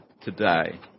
today